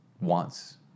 wants